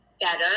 better